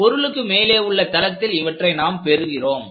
பொருளுக்கு மேலே உள்ள தளத்தில் இவற்றை நாம் பெறுகிறோம்